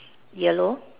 yellow